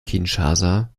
kinshasa